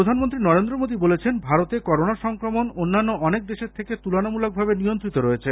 প্রধানমন্ত্রী নরেন্দ্র মোদী বলেছেন ভারতে করোনা সংক্রমণ অন্যান্য অনেক দেশের থেকে তুলনামূলকভাবে নিয়ন্ত্রিত রয়েছে